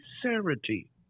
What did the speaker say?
sincerity